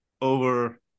over